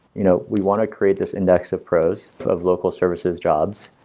you know, we want to create this index of pros of local services jobs.